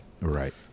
Right